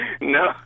No